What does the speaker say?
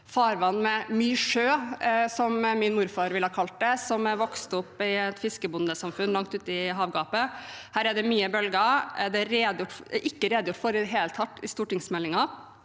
farvann med mye sjø, som min morfar ville kalt det. Han er vokst opp i et fiskerbondesamfunn langt ute i havgapet. Her er det mye bølger. Det er det ikke redegjort for i det hele tatt i stortingsmeldingen.